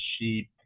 Sheep